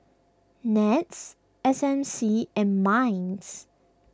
NETS S M C and Minds